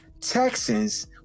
Texans